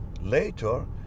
later